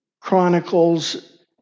Chronicles